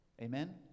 amen